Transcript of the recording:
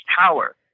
power